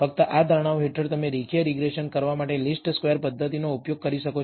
ફક્ત આ ધારણાઓ હેઠળ તમે રેખીય રીગ્રેસન કરવા માટે લિસ્ટ સ્કવેર્સ પદ્ધતિનો ઉપયોગ કરી શકો છો